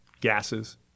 gases